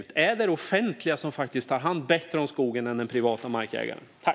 Tar det offentliga faktiskt bättre hand om skogen än vad den privata markägaren gör?